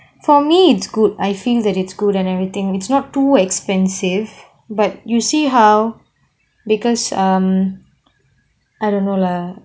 for me it's good I feel that it's good and everything it's not too expensive but you see how because um I don't know lah